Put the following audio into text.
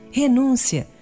renúncia